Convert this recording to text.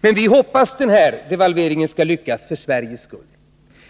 Vi hoppas den här devalveringen skall lyckas för Sveriges skull.